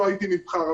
לא הייתי נבחר,